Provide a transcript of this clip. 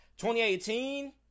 2018